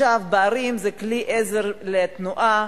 בערים זה כלי עזר לתנועה,